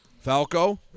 Falco